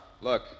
Look